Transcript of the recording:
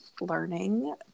learning